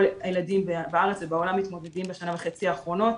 הילדים בארץ ובעולם מתמודדים בשנה וחצי האחרונות.